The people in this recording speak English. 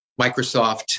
Microsoft